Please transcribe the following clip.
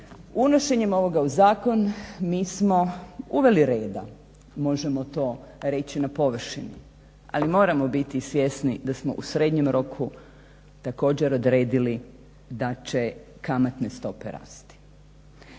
unošenjem ovoga u zakon mi smo uveli reda, možemo to reći na površini, ali moramo biti svjesni da smo u srednjem roku također odredili da će kamatne stope rasti.